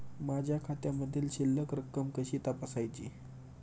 माझ्या खात्यामधील शिल्लक रक्कम कशी तपासायची?